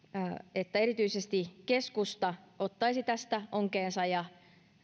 että erityisesti keskusta ottaisi tästä onkeensa ja